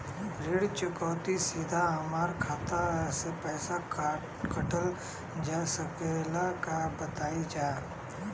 ऋण चुकौती सीधा हमार खाता से पैसा कटल जा सकेला का बताई जा?